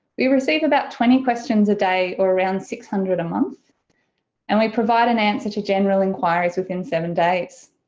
we receive about twenty questions a day or around six hundred a month and we provide an answer to general enquiries within seven days.